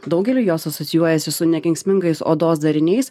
daugeliui jos asocijuojasi su nekenksmingais odos dariniais